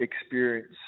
experience